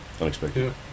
Unexpected